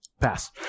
Pass